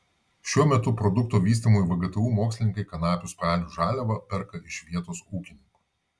šiuo metu produkto vystymui vgtu mokslininkai kanapių spalių žaliavą perka iš vietos ūkininkų